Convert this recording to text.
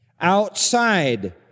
outside